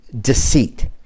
deceit